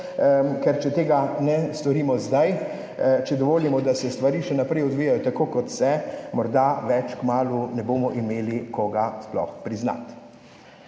ker če tega ne storimo zdaj, če dovolimo, da se stvari še naprej odvijajo tako, kot se, morda več kmalu ne bomo imeli koga sploh priznati.